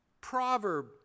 proverb